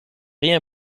rien